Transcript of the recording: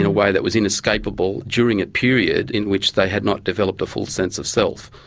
in a way that was inescapable during a period in which they had not developed a full sense of self.